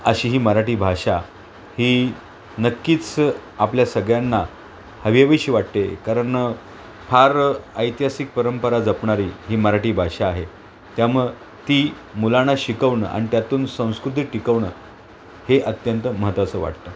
अशी ही मराठी भाषा ही नक्कीच आपल्या सगळ्यांना हवीहवीशी वाटते कारण फार ऐतिहासिक परंपरा जपणारी ही मराठी भाषा आहे त्यामुळं ती मुलाना शिकवणं आणि त्यातून संस्कृती टिकवणं हे अत्यंत महत्त्वाचं वाटतं